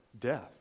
Death